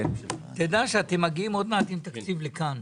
תדע שאתם מגיעים עוד מעט עם תקציב לכאן,